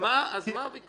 אז על מה הדיון?